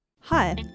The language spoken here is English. Hi